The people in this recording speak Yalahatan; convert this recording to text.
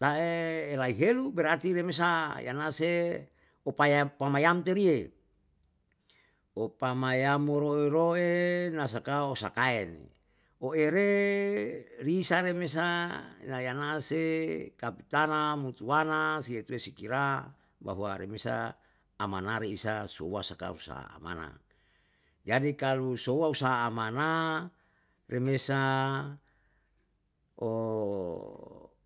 ta'e laihelu berarti re mesa yanase opama pamayam teriye, opamayam oroe rooe na sakao sakae ni, oere rinsa me resa na yanase kapitana mutuanasie tue si kira bahwa remesa amare isa souwa sakau sa amana. Jadi kaluouwa usaha amana, re mesa